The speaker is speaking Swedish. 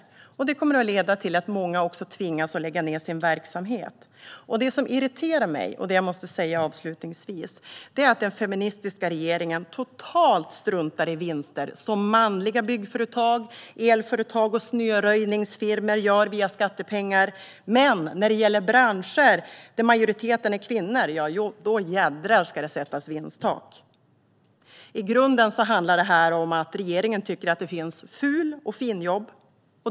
Att sänka taket för RUT kommer att leda till att många kommer att tvingas lägga ned sin verksamhet. Avslutningsvis måste jag säga att det irriterar mig att den feministiska regeringen struntar totalt i vinster som manliga byggföretag, elföretag och snöröjningsfirmor gör via skattepengar. Men när det gäller branscher där majoriteten av företagarna är kvinnor då jädrar ska det sättas vinsttak. I grunden handlar detta om att regeringen tycker att det finns ful och finjobb.